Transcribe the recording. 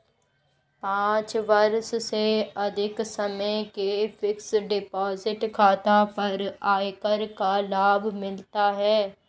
पाँच वर्ष से अधिक समय के फ़िक्स्ड डिपॉज़िट खाता पर आयकर का लाभ मिलता है